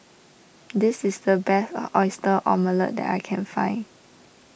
this is the best Oyster Omelette that I can find